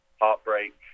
heartbreak